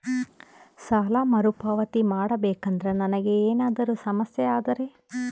ಸಾಲ ಮರುಪಾವತಿ ಮಾಡಬೇಕಂದ್ರ ನನಗೆ ಏನಾದರೂ ಸಮಸ್ಯೆ ಆದರೆ?